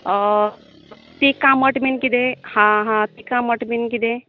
तीख आमट बीन किदें आसा तीख आमट बीन किदें